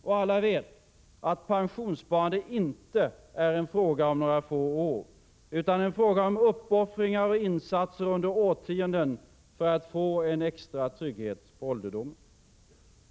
Och alla vet att pensionssparande inte är en fråga om några få år, utan en fråga om uppoffringar och insatser under årtionden för att få en extra trygghet på ålderdomen.